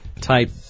type